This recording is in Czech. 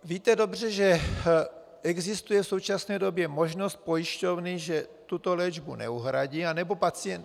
Víte dobře, že existuje v současné době možnost pojišťovny, že tuto léčbu neuhradí anebo pacient...